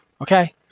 Okay